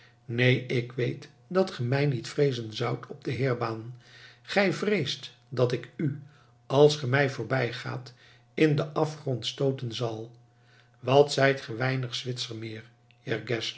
neen ik weet dat ge mij niet vreezen zoudt op de heerbaan gij vreest dat ik u als ge mij voorbij gaat in den afgrond stooten zal wat zijt ge weinig zwitser meer